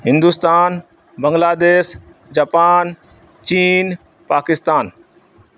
Hindustan Bangladesh Japan چین پاکستان